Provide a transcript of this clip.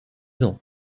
ans